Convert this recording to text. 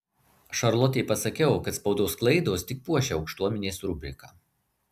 šarlotei pasakiau kad spaudos klaidos tik puošia aukštuomenės rubriką